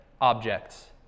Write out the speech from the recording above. objects